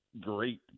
great